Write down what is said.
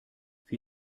wie